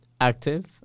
active